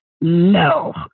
No